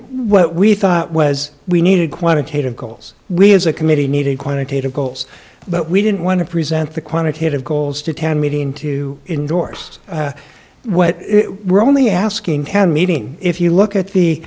what we thought was we needed quantitative goals we as a committee need a quantitative goals but we didn't want to present the quantitative goals to town meeting to indorse what we're only asking can meeting if you look at the